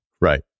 Right